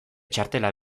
txartela